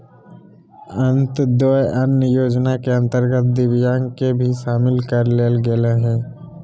अंत्योदय अन्न योजना के अंतर्गत दिव्यांग के भी शामिल कर लेल गेलय हइ